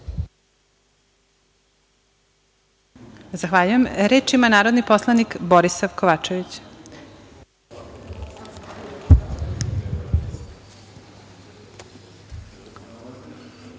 Zahvaljujem. Reč ima narodni poslanik Borisav Kovačević.